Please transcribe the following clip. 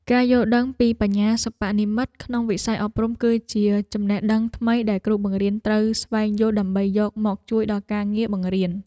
ការយល់ដឹងពីបញ្ញាសិប្បនិម្មិតក្នុងវិស័យអប់រំគឺជាចំណេះដឹងថ្មីដែលគ្រូបង្រៀនត្រូវស្វែងយល់ដើម្បីយកមកជួយដល់ការងារបង្រៀន។